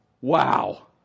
Wow